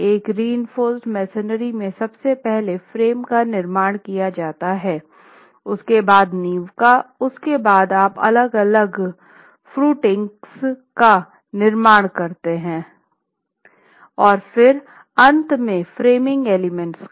एक reinforced masonry में सबसे पहले फ्रेम का निर्माण किया जाता है उसके बाद नींव का उसके बाद आप अलग अलग फ़ुटिंग्स का निर्माण करते हैं और फिर अंत में फ्रेमिंग एलिमेंट्स का